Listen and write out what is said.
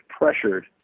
pressured